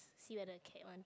see whether the cat want